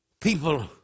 people